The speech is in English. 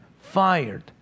Fired